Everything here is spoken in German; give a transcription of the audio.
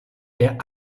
der